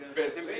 ב-20?